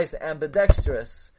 ambidextrous